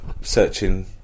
searching